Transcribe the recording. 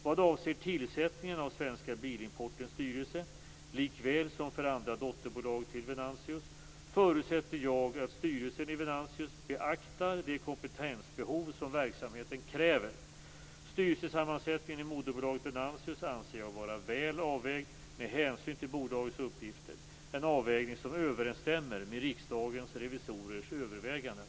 Vad avser tillsättningen av Svenska Bilimportens styrelse, likväl som för andra dotterbolag till Venantius, förutsätter jag att styrelsen i Venantius beaktar det kompetensbehov som verksamheten kräver. Styrelsesammansättningen i moderbolaget Venantius anser jag vara väl avvägd med hänsyn till bolagets uppgifter, en avvägning som överensstämmer med Riksdagens revisorers överväganden.